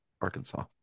Arkansas